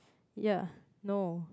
ya no